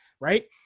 right